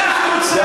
שאלה.